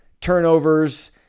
turnovers